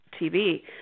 TV